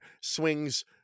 swings